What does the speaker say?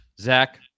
Zach